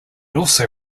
also